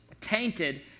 tainted